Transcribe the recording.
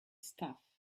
stuff